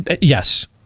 Yes